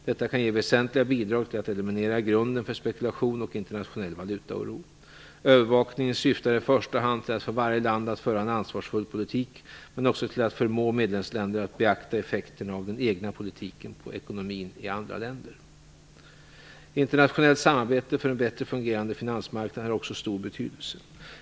Detta kan ge väsentliga bidrag till att eliminera grunden för spekulation och internationell valutaoro. Övervakningen syftar i första hand till att få varje land att föra en ansvarsfull politik, men också till att förmå medlemsländerna att beakta effekterna av den egna politiken på ekonomin i andra länder. Internationellt samarbete för en bättre fungerande finansmarknad har också stor betydelse.